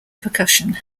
percussion